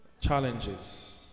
challenges